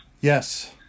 Yes